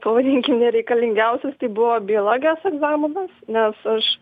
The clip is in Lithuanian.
pavadinkim nereikalingiausias tai buvo biologijos egzaminas nes aš